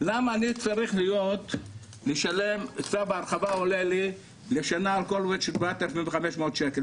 למה אני צריך לשלם צו הרחבה שעולה לי לשנה על כל עובד 7,500 שקלים.